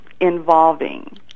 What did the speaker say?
involving